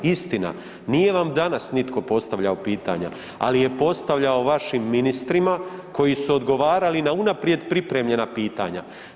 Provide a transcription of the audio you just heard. Istina, nije vam danas nitko postavljao pitanja, ali je postavljao vašim ministrima koji si odgovarali na unaprijed pripremljena pitanja.